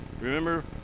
Remember